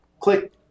Click